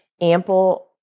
ample